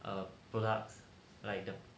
err products like the